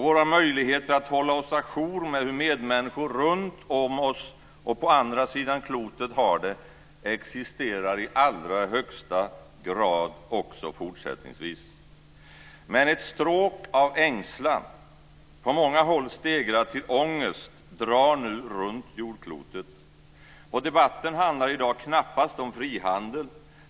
Våra möjligheter att hålla oss ajour med hur medmänniskor runtom oss och på andra sidan klotet har det existerar i allra högsta grad också fortsättningsvis. Men ett stråk av ängslan, på många håll stegrad till ångest, drar nu runt jordklotet. Debatten handlar i dag knappast om frihandel.